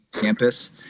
campus